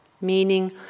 meaning